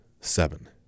seven